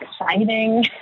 exciting